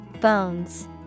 Bones